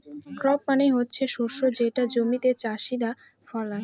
crop মানে হচ্ছে শস্য যেটা জমিতে চাষীরা ফলায়